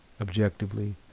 objectively